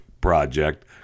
Project